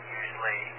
usually